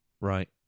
Right